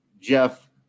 Jeff